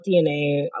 DNA